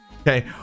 Okay